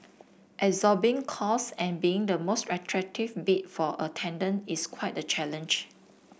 absorbing costs and being the most attractive bid for a tender is quite the challenge